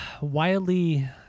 Wildly